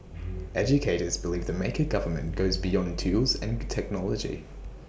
educators believe the maker government goes beyond tools and technology